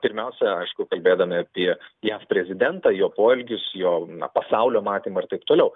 pirmiausia aišku kalbėdami apie jav prezidentą jo poelgius jo pasaulio matymą ir taip toliau